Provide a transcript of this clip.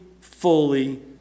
fully